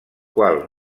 qual